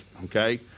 Okay